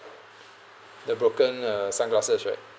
the broken uh sunglasses right